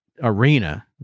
arena